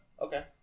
Okay